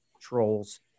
trolls